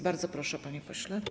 Bardzo proszę, panie pośle.